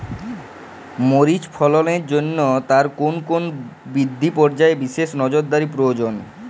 মরিচ ফলনের জন্য তার কোন কোন বৃদ্ধি পর্যায়ে বিশেষ নজরদারি প্রয়োজন?